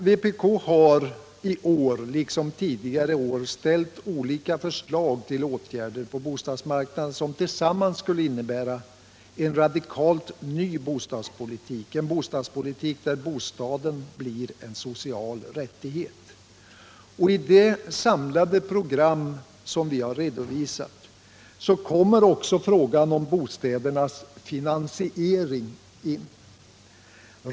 Vpk har i år liksom tidigare år ställt olika förslag till åtgärder på bostadsmarknaden som tillsammans skulle innebära en radikalt ny bostadspolitik — en bostadspolitik där bostaden blir en social rättighet. I det samlade program som vi har redovisat kommer också frågan om bostädernas finansiering in.